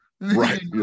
Right